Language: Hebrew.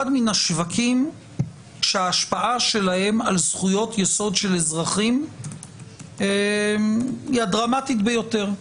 מן השווקים שההשפעה שלהם על זכויות יסוד של אזרחים היא הדרמטית ביותר.